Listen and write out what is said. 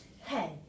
head